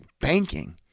banking